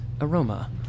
aroma